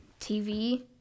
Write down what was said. TV